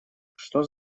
что